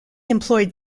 employed